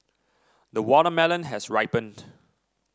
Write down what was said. the watermelon has ripened